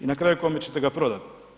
I na kraju, kome ćete ga prodati?